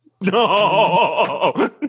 No